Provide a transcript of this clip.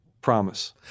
promise